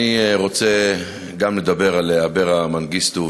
גם אני רוצה לדבר על אברה מנגיסטו,